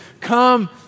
come